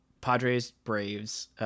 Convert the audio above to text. Padres-Braves